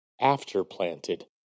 after-planted